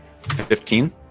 Fifteen